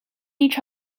each